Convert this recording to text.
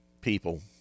people